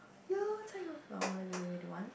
what I really really want